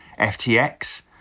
FTX